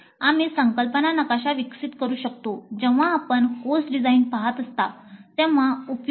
आम्ही संकल्पना नकाशा विकसित करू शकतो जेव्हा आपण कोर्स डिझाइन पहात असता तेव्हा उपयुक्त